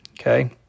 okay